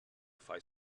fai